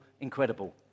incredible